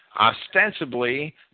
ostensibly